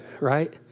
right